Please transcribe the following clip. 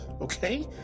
Okay